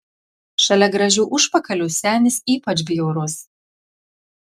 šalia gražių užpakalių senis ypač bjaurus